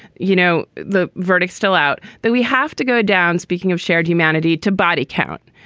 you know, the verdict still out that we have to go down. speaking of shared humanity to body count,